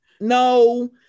no